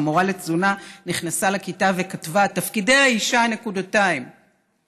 והמורה לתזונה נכנסה לכיתה וכתבה: תפקידי האישה: לבשל,